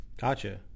Gotcha